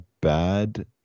bad